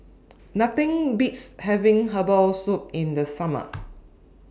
Nothing Beats having Herbal Soup in The Summer